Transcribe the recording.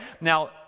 Now